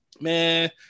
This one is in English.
man